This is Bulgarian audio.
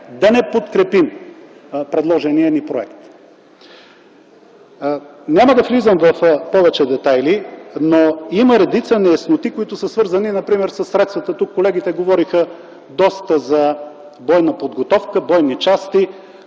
да не подкрепим предложения ни проект. Няма да влизам в повече детайли, но има редица неясноти, които са свързани например със средствата – тук колегите говориха доста за бойна подготовка, бойни части.